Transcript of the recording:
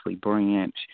Branch